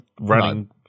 running